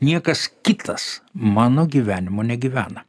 niekas kitas mano gyvenimo negyvena